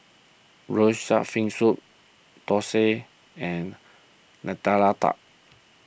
Braised Shark Fin Soup Thosai and Nutella Tart